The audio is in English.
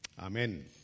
Amen